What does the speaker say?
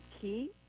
key